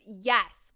yes